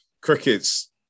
crickets